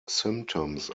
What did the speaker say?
symptoms